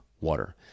water